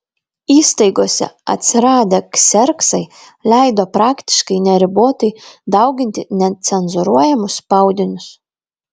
įstaigose atsiradę kserksai leido praktiškai neribotai dauginti necenzūruojamus spaudinius